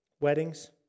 Weddings